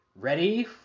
ready